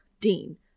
Dean